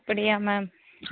அப்படியா மேம்